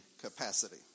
capacity